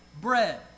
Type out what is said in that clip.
bread